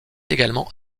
également